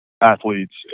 athletes